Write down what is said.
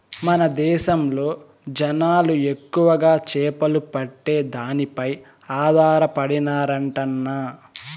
మన దేశంలో జనాలు ఎక్కువగా చేపలు పట్టే దానిపై ఆధారపడినారంటన్నా